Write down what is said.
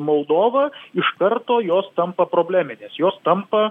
moldova iš karto jos tampa probleminės jos tampa